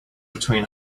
between